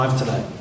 today